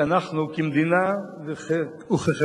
כי אנחנו, כמדינה וכחברה,